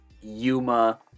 Yuma